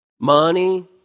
Money